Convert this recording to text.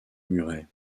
muret